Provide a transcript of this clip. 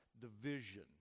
division